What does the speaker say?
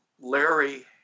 Larry